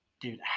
dude